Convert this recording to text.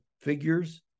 figures